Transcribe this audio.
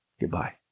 Goodbye